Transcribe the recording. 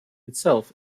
itself